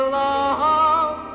love